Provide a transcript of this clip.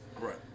Right